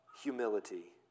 humility